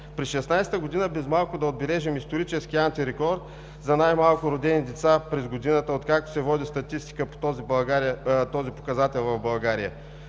През 2016 г. без малко да отбележим исторически антирекорд за най-малко родени деца през годината, откакто се води статистика по този показател в България.